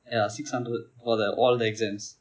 ya six hundred for the all the exams